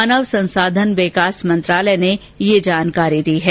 मानव संसाधन विकास मंत्रालय ने यह जानकारी दी है